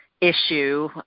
issue